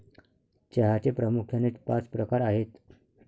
चहाचे प्रामुख्याने पाच प्रकार आहेत